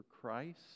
Christ